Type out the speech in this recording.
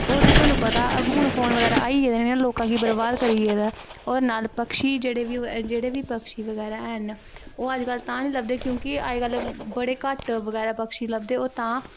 ओह् ते तुहानू पता ऐ फोन बगैरा आई गंदे न लोकां गी बरबाद करी गेदा ऐ होर नाल पक्षी बगैरा जेह्ड़े बी हैन ओह् तां नी लब्भदे क्योंकि बड़े घट्ट बगैरा पक्षी लब्भदे ओह् तां